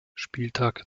spieltag